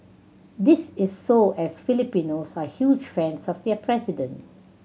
this is so as Filipinos are huge fans of their president